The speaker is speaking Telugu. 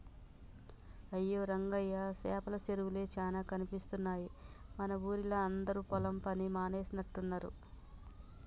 అయ్యో రంగయ్య సేపల సెరువులే చానా కనిపిస్తున్నాయి మన ఊరిలా అందరు పొలం పని మానేసినట్టున్నరు